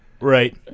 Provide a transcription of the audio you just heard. Right